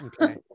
Okay